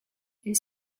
est